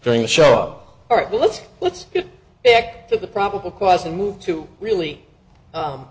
during the show all right let's let's get back to the probable cause and move to really